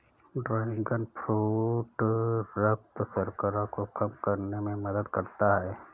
dragon fruit रक्त शर्करा को कम करने में मदद करता है